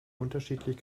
unterschiedlich